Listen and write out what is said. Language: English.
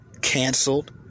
canceled